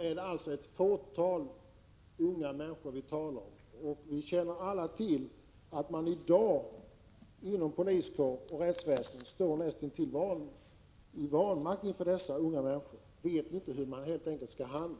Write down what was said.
är det ett fåtal unga människor vi talar om. Vi känner alla till att man idag inom poliskår och rättsväsende står näst intill i vanmakt inför dessa unga människor. Man vet helt enkelt inte hur man skall handla.